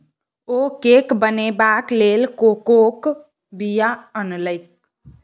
ओ cake बनेबाक लेल कोकोक बीया आनलकै